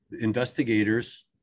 investigators